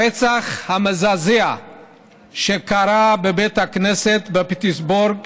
הרצח המזעזע שקרה בבית הכנסת בפיטסבורג